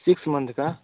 six month का